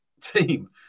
team